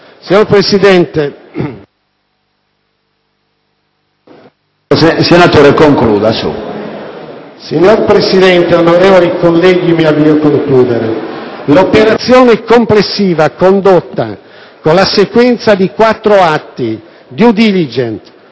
Signor Presidente, onorevoli colleghi, mi avvio a concludere. L'operazione complessiva, condotta con la sequenza di quattro atti (*due diligence*,